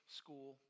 school